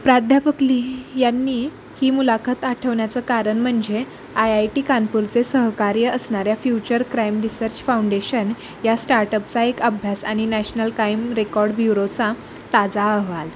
प्राध्यापक ली यांनी ही मुलाखत आठवण्याचं कारण म्हणजे आय आय टी कानपूरचे सहकार्य असणाऱ्या फ्युचर क्राइम रिसर्च फाउंडेशन या स्टार्टअपचा एक अभ्यास आणि नॅशनल काईम रेकॉर्ड ब्युरोचा ताजा अहवाल